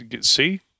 See